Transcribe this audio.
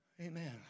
Amen